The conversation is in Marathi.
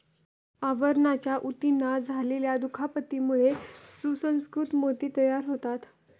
आवरणाच्या ऊतींना झालेल्या दुखापतीमुळे सुसंस्कृत मोती तयार होतात